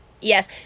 Yes